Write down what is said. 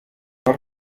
what